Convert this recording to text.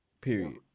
Period